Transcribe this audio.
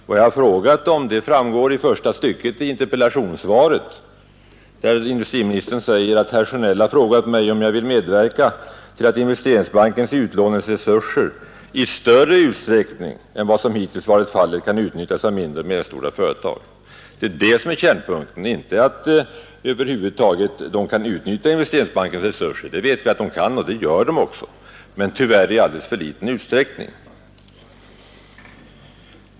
Vad jag frågat om framgår av första stycket i interpellationssvaret, där industriministern säger att herr Sjönell ”har frågat mig om jag vill medverka till att Investeringsbankens utlåningsresurser i större utsträckning än vad som hittills varit fallet kan utnyttjas av mindre och medelstora företag”. Det är orden ”i större utsträckning” som är kärnpunkten, inte att småföretagen över huvud taget kan utnyttja Investeringsbankens resurser. Det vet vi att de kan, och det gör de också men tyvärr i alldeles för liten utsträckning.